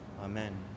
Amen